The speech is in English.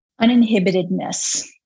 Uninhibitedness